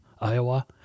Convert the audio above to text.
Iowa